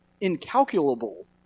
incalculable